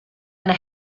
eine